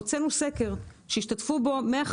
הוצאנו סקר שהשתתפו בו 150